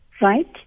right